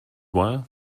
wire